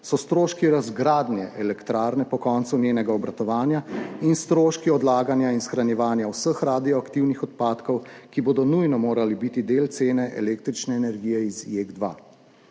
so stroški razgradnje elektrarne po koncu njenega obratovanja in stroški odlaganja in shranjevanja vseh radioaktivnih odpadkov, ki bodo nujno morali biti del cene električne energije iz JEK2.